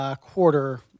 quarter